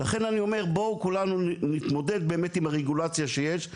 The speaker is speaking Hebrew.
לכן אני אומר בואו כולנו נתמודד באמת עם הרגולציה שיש,